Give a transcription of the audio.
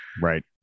Right